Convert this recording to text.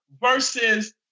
versus